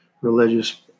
religious